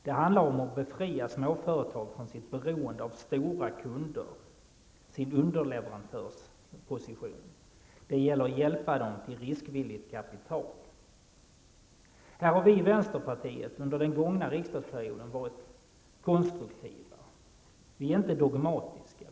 Det handlar om att befria småföretag från sitt beroende av stora kunder, deras underleverantörsposition. Det gäller att hjälpa dem till riskvilligt kapital. Här har vi i vänsterpartiet varit konstruktiva under den gångna riksdagsperioden. Vi är inte dogmatiska.